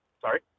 sorry